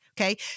Okay